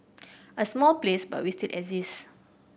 a small place but we still exist